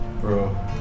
bro